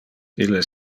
illes